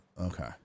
Okay